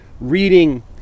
reading